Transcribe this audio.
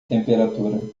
temperatura